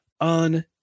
on